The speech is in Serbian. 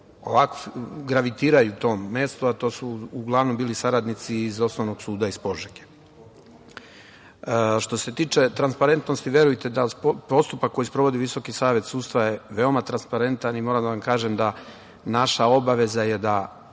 koji gravitiraju tom mestu, a to su uglavnom bili saradnici iz Osnovnog suda iz Požege. Što se tiče transparentnosti, verujte da postupak koji sprovodi Visoki savet sudstva je veoma transparentan i moram da vam kažem da je naša obaveza da